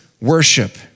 worship